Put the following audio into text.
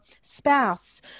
spouse